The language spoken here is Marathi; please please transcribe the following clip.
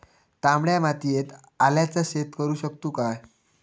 तामड्या मातयेत आल्याचा शेत करु शकतू काय?